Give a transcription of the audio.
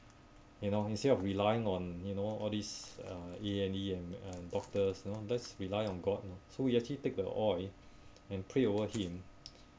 you know instead of relying on you know all these uh A&E and uh doctors you know let's rely on god lah so we actually take the oil and pray over him